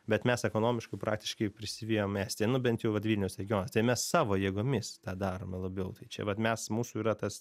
bet mes ekonomiškai praktiškai prisivijom estiją nu bent jau nu vat vilniaus regionas tai mes savo jėgomis tą darome labiau tai čia vat mes mūsų yra tas